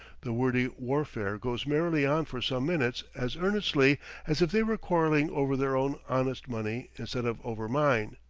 the wordy warfare goes merrily on for some minutes as earnestly as if they were quarrelling over their own honest money instead of over mine.